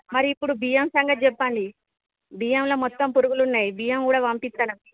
మరి ఇప్పుడు బియ్యం సంగతి చెప్పండి బియ్యంలో మొత్తం పురుగులున్నాయి బియ్యం కూడా పంపిస్తున్నాం